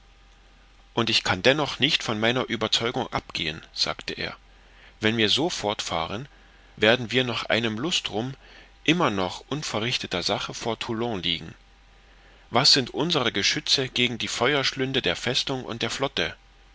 und ich kann dennoch nicht von meiner ueberzeugung abgehen sagte er wenn wir so fortfahren werden wir nach einem lustrum immer noch unverrichteter sache vor toulon liegen was sind unsere geschütze gegen die feuerschlünde der festung und der flotte